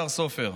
השר סופר,